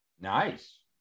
Nice